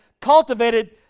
cultivated